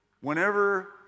whenever